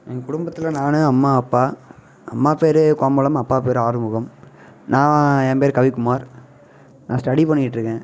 எங்கள் குடும்பத்தில் நான் அம்மா அப்பா அம்மா பெயரு கோமலம் அப்பா பெயரு ஆறுமுகம் நான் ஏ பெயரு கவிக்குமார் நான் ஸ்டடி பண்ணிட்டு இருக்கேன்